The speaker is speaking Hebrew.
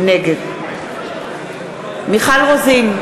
נגד מיכל רוזין,